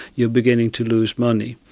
you are beginning to lose money.